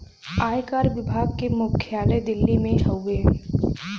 आयकर विभाग के मुख्यालय दिल्ली में हउवे